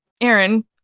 Aaron